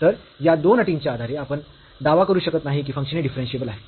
तर या दोन अटींच्या आधारे आपण दावा करू शकत नाही की फंक्शन हे डिफरन्शियेबल आहे